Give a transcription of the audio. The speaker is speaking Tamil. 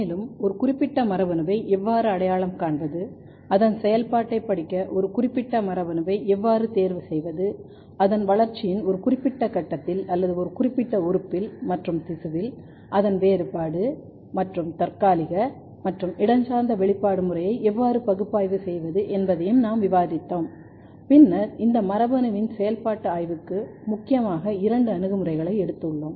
மேலும் ஒரு குறிப்பிட்ட மரபணுவை எவ்வாறு அடையாளம் காண்பது அதன் செயல்பாட்டைப் படிக்க ஒரு குறிப்பிட்ட மரபணுவை எவ்வாறு தேர்வு செய்வது அதன் வளர்ச்சியின் ஒரு குறிப்பிட்ட கட்டத்தில் அல்லது ஒரு குறிப்பிட்ட உறுப்பில் மற்றும் திசுவில் அதன் வேறுபாடு மற்றும் தற்காலிக மற்றும் இடஞ்சார்ந்த வெளிப்பாடு முறையை எவ்வாறு பகுப்பாய்வு செய்வது என்பதையும் நாம் விவரித்தோம் பின்னர் இந்த மரபணுவின் செயல்பாட்டு ஆய்வுக்கு முக்கியமாக இரண்டு அணுகுமுறைகளை எடுத்துள்ளோம்